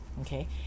Okay